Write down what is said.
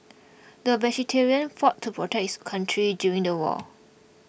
the veteran fought to protect his country during the war